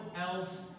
else